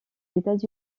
états